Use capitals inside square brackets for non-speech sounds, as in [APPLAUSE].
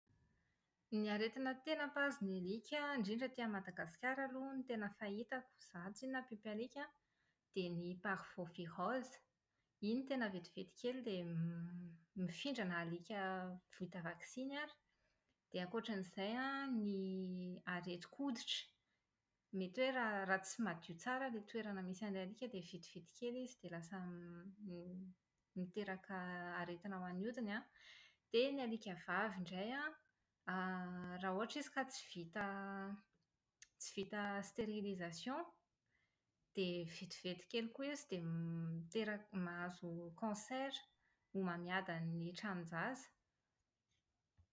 Ny aretina tena mpahazo ny alika an, indrindra aty Madagasikara aloha no tena fahitako, izaho tsinona miompy alika an, dia ny Parvovirose. Iny tena vetivety kely dia [HESITATION] > mifindra na alika vita vakisiny ary. Dia ankoatra izay an dia ny aretin-koditra, mety hoe raha raha tsy madio tsara ilay toerana misy an’ilay alika dia vetivety kely izy dia lasa [HESITATION] > m-miteraka aretina ho an’ny hodiny an. Dia ny alika vavy indray an, [HESITATION] > raha ohatra izy ka tsy vita [HESITATION] > tsy vita stérilisation dia vetivety kely koa izy dia mitera- mahazo cancer, homamiadan’ny tranonjaza.